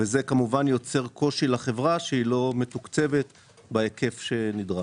זה כמובן יוצר קושי לחברה שהיא לא מתוקצבת בהיקף שנדרש.